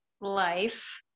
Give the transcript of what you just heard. life